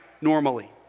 Normally